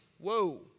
whoa